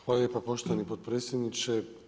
Hvala lijepa poštovani potpredsjedniče.